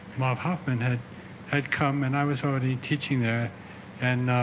bob hoffman had had come and i was already teaching there and